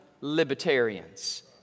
libertarians